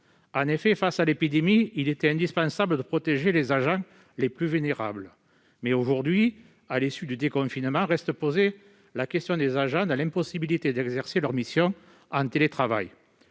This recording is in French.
ASA. Face à l'épidémie, il était indispensable de protéger les agents les plus vulnérables. Mais, aujourd'hui, à l'issue du déconfinement, la question des agents dans l'impossibilité d'exercer leurs missions en télétravail